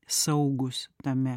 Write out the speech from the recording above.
saugūs tame